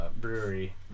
Brewery